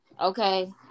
Okay